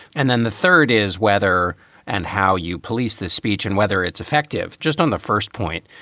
and then the third is whether and how you police this speech and whether it's effective. just on the first point,